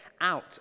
out